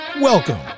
Welcome